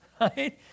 right